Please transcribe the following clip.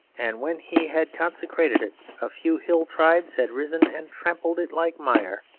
and when he had consecrated it a few hill tribes had risen and trampled it like mire.